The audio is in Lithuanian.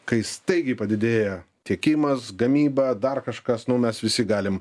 kai staigiai padidėja tiekimas gamyba dar kažkas nu mes visi galim